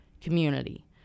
community